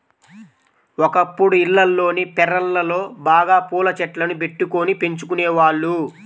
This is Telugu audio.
ఒకప్పుడు ఇళ్లల్లోని పెరళ్ళలో బాగా పూల చెట్లను బెట్టుకొని పెంచుకునేవాళ్ళు